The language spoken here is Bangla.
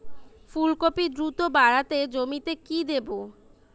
ফুলকপি দ্রুত বাড়াতে জমিতে কি দেবো?